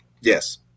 Yes